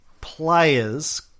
players